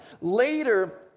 later